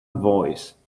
voice